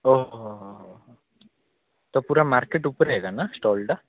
ଓହୋ ତ ପୁରା ମାର୍କେଟ୍ ଉପରେ ଏଇଟା ନା ଷ୍ଟଲ୍ଟା